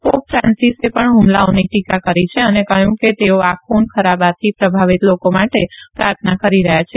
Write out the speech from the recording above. pop ફાંસીસે પણ હ્મલાઓની ્તીકા કરી છે ૈ ને કહયું કે તેઓ આ ખુન ખરાબાથી પ્રભાવિત લોકો માો પ્રાર્થના કરબી રહયાં છે